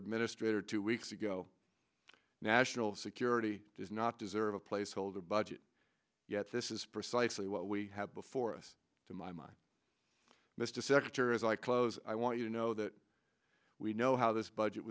a straight or two weeks ago national security does not deserve a placeholder budget yet this is precisely what we have before us to my mind mr secretary as i close i want you to know that we know how this budget